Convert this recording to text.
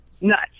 nuts